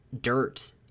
dirt